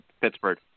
Pittsburgh